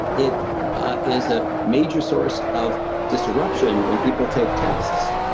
it is a major source of disruption when people take tests.